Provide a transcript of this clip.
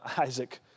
Isaac